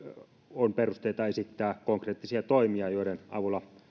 on perusteita esittää konkreettisia toimia joiden avulla